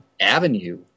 avenue